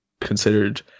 considered